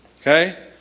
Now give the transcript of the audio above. Okay